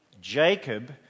Jacob